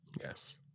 Yes